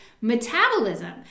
metabolism